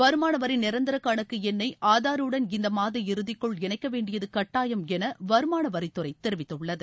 வருமானவரி நிரந்தர கணக்கு எண்ணை ஆதாருடன் இந்த மாத இறுதிக்குள் இணைக்கவேண்டியது கட்டாயம் என வருமானவரித்துறை தெரிவித்துள்ளது